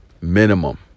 minimum